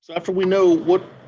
after we know what.